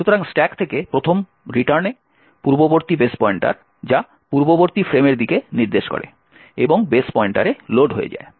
সুতরাং স্ট্যাক থেকে প্রথম রিটার্নে পূর্ববর্তী বেস পয়েন্টার যা পূর্ববর্তী ফ্রেমের দিকে নির্দেশ করে এবং বেস পয়েন্টারে লোড হয়ে যায়